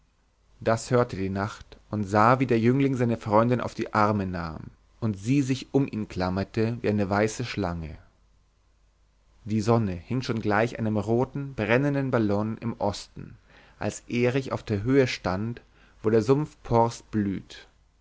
das hörte die nacht und sah wie der jüngling seine freundin auf die arme nahm und sie sich um ihn klammerte wie eine weiße schlange die sonne hing schon gleich einem roten brennenden ballon im osten als erich auf der höhe stand wo der sumpfporst blüht